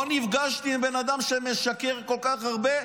לא נפגשתי עם בן אדם שמשקר כל כך הרבה,